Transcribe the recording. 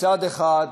מצד אחד,